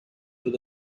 with